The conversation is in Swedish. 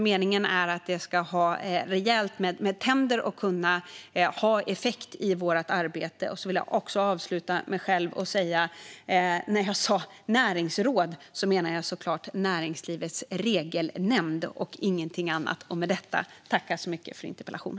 Meningen är nämligen att rådet ska ha rejält med tänder och kunna ha effekt i vårt arbete. Med det tackar jag för interpellationsdebatten.